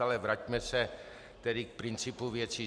Ale vraťme se tedy k principu věcí.